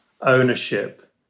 ownership